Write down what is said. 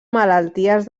malalties